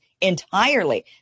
entirely